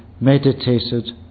meditated